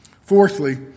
Fourthly